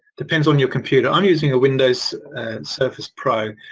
depends on your computer. i'm using a windows surface pro.